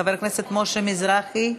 חבר הכנסת משה מזרחי,